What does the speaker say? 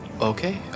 Okay